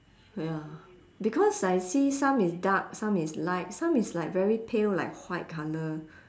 ya because I see some is dark some is light some is like very pale like white colour